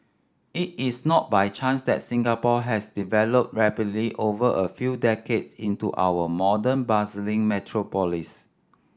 it is not by chance that Singapore has developed rapidly over a few decades into our modern bustling metropolis